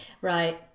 Right